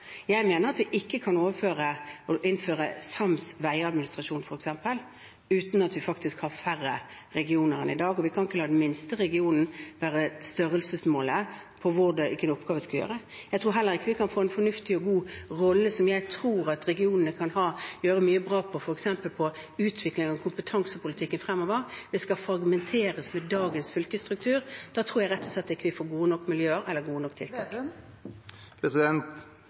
Jeg mener at vi ikke kan innføre sams veiadministrasjon, f.eks., uten at vi faktisk har færre regioner enn i dag, og vi kan ikke la den minste regionen være størrelsesmålet for hvilken oppgave en skal gjøre. Jeg tror heller ikke de kan få en fornuftig og god rolle, som jeg tror at regionene kan ha, og f.eks. gjøre mye bra i utvikling av kompetansepolitikken fremover, hvis det skal fragmenteres med dagens fylkesstruktur. Da tror jeg rett og slett ikke vi får gode nok miljøer eller gode nok